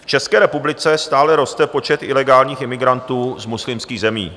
V České republice stále roste počet ilegálních imigrantů z muslimských zemí.